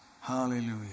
Hallelujah